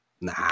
Nah